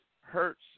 hurts